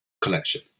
collection